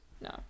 No